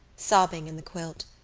sobbing in the quilt.